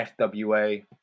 FWA